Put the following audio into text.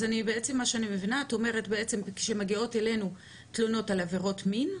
אז ממה שאת אומרת אני מבינה כמגיעות אלינו תלונות על עבירות מין,